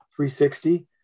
360